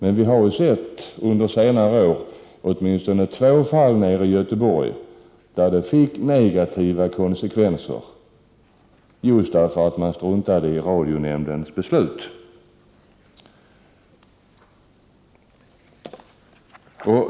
Under senare år har vi dock sett åtminstone två fall i Göteborg där det fick negativa konsekvenser att man struntade i radionämndens beslut.